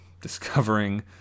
discovering